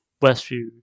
westview